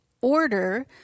order